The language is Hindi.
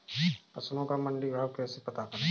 फसलों का मंडी भाव कैसे पता करें?